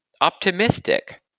optimistic